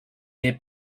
their